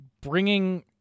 bringing –